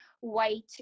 white